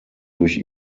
durch